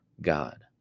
God